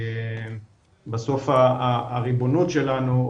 בסוף הריבונות שלנו,